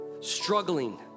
struggling